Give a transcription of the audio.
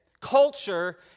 culture